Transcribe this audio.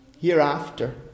Hereafter